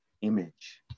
image